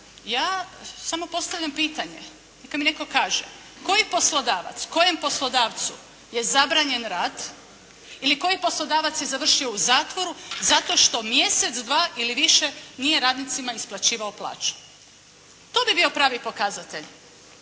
Ja samo postavljam pitanje neka mi netko kaže, koji poslodavac, kojem poslodavcu je zabranjen rad ili koji poslodavac je završio u zatvoru zato što mjesec, dva ili više nije radnicima isplaćivao plaću. To bi bio pravi pokazatelj